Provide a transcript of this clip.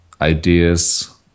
ideas